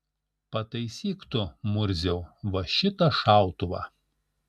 pataisyk tu murziau va šitą šautuvą